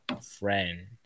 friend